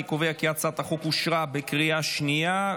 אני קובע כי הצעת החוק אושרה בקריאה שנייה.